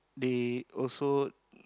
they also